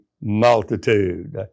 multitude